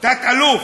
תת-אלוף,